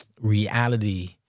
reality